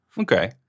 Okay